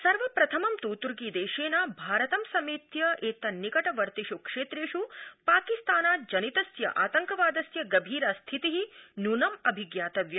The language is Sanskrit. सर्वप्रथमं तु तुर्कीदर्जीभारतं समख़ एतन्निक विर्तिषु क्षष्ट्री पाकिस्तानात् जनितस्य आतंकवादस्य गभीरा स्थितिनूनं अभिज्ञातव्या